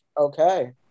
okay